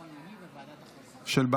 הנשק הבלתי-חוקיים (תיקוני חקיקה) נתקבלה.